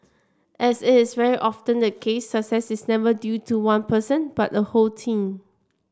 as is very often the case success is never due to one person but a whole team